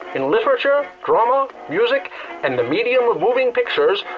in literature, drama, music and the medium of moving pictures,